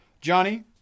Johnny